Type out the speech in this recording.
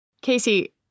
Casey